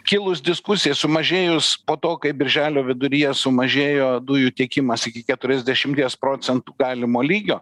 kilus diskusijai sumažėjus po to kai birželio viduryje sumažėjo dujų tiekimas iki keturiasdešimties procentų galimo lygio